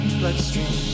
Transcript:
bloodstream